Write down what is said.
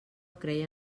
creia